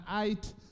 eight